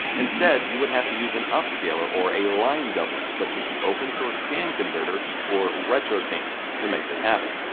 instead, you would have to use an upscaler or line doubler such as the open source scan converter or retro tink to make this happen.